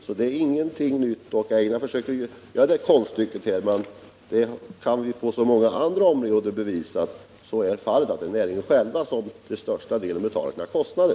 Det är alltså ingen idé att Einar Larsson försöker sig på konststycket att hävda det här, eftersom man på många andra områden kan bevisa att det i stället är näringarna själva som till största delen betalar sina egna kostnader.